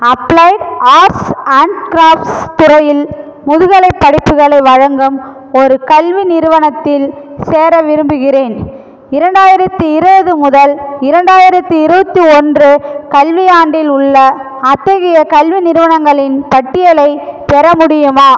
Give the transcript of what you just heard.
applied arts and crafts துறையில் முதுகலைப் படிப்புகளை வழங்கும் ஒரு கல்வி நிறுவனத்தில் சேர விரும்புகிறேன் இரண்டாயிரத்து இருபது முதல் இரண்டாயிரத்து இருபத்தி ஒன்று கல்வியாண்டில் உள்ள அத்தகைய கல்வி நிறுவனங்களின் பட்டியலைப் பெற முடியுமா